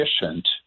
efficient